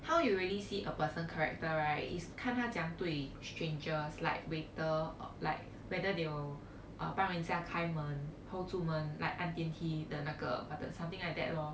how you really see a person character right is 看他怎样对 strangers like waiter or like whether they will uh 帮人家开门 hold 住门 like 按电梯的那个 button something like that lor